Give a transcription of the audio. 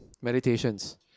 Meditations